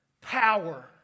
power